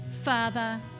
Father